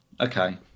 okay